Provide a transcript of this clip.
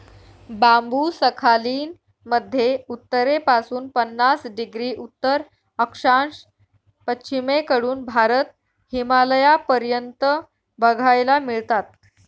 बांबु Sakhalin मध्ये उत्तरेपासून पन्नास डिग्री उत्तर अक्षांश, पश्चिमेकडून भारत, हिमालयापर्यंत बघायला मिळतात